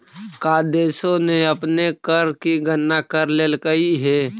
का देशों ने अपने कर की गणना कर लेलकइ हे